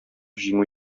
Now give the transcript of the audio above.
җиңү